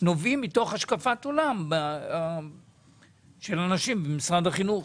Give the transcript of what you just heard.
נובעים מתוך השקפת עולם של אנשים במשרד החינוך.